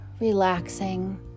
relaxing